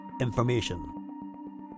information